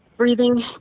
Breathing